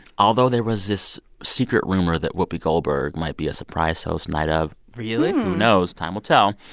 although there was this secret rumor that whoopi goldberg might be a surprise host night of really? who knows? time will tell.